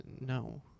No